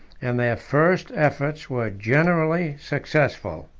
and their first efforts were generally successful.